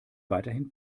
weiterhin